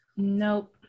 Nope